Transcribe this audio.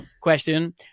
question